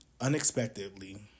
unexpectedly